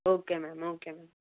okay ma'am okay ma'am